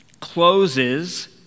closes